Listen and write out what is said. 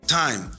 time